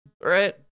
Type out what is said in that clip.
right